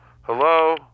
Hello